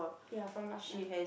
ya from last time